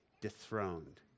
dethroned